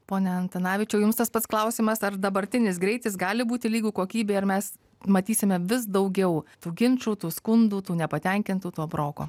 pone antanavičiau jums tas pats klausimas ar dabartinis greitis gali būti lygu kokybei ar mes matysime vis daugiau tų ginčų tų skundų tų nepatenkintų to broko